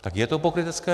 Tak je to pokrytecké.